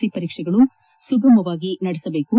C ಪರೀಕ್ಷೆಗಳು ಸುಸೂತ್ರವಾಗಿ ನಡೆಸಬೇಕು